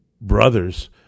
brothers